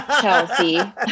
Chelsea